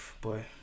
Boy